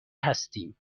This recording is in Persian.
هستیم